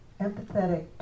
empathetic